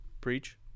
Preach